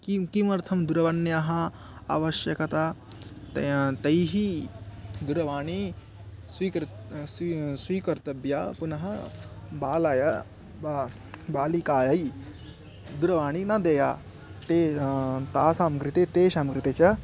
किं किमर्थं दूरवण्याः आवश्यकता तैः दूरवाणी स्वीकर्तुं स्वी स्वीकर्तव्या पुनः बालाय वा बालिकायै दूरवाणी न देया ते तासां कृते तेषां कृते च